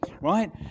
Right